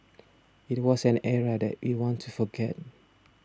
it was an era that we want to forget